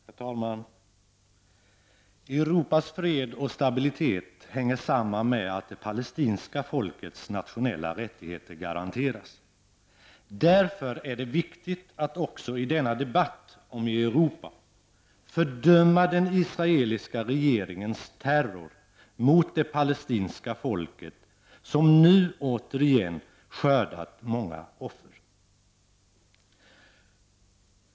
Herr talman! Europas fred och stabilitet hänger samman med att det palestinska folkets nationella rättigheter garanteras. Därför är det viktigt att också i denna debatt om Europa fördöma den israeliska regeringens terror mot det palestinska folket som nu återigen skördat många offer.